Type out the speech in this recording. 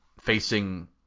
facing